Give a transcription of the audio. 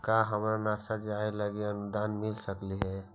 का हमरा नासा जाये लागी अनुदान मिल सकलई हे?